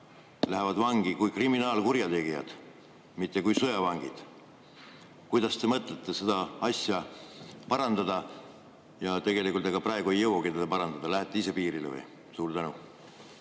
läheksid vangi kui kriminaalkurjategijad, mitte kui sõjavangid. Kuidas te mõtlete seda asja parandada? Tegelikult, ega praegu ei jõuagi parandada. Lähete ise piirile või? Suur tänu,